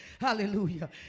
Hallelujah